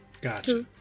Gotcha